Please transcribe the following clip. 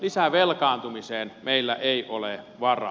lisävelkaantumiseen meillä ei ole varaa